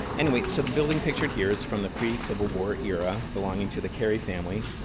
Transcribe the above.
anyway, so the building pictured here is from the pre-civil-war era, belonging to the carey family,